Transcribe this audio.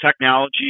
technology